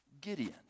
Gideon